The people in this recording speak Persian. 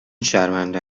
شرمنده